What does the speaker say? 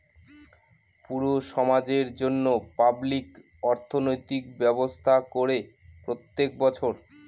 পুরো সমাজের জন্য পাবলিক অর্থনৈতিক ব্যবস্থা করে প্রত্যেক বছর